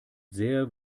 sehr